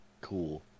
Cool